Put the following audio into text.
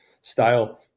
style